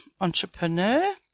entrepreneur